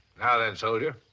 now then, soldier.